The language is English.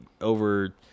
over